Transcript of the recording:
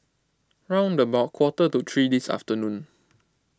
round about quarter to three this afternoon